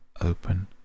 open